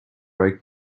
right